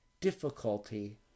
difficulty